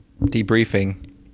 debriefing